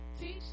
teach